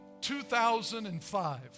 2005